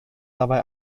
dabei